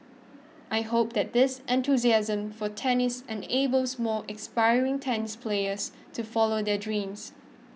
I hope that this enthusiasm for tennis enables more aspiring tennis players to follow their dreams